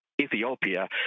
Ethiopia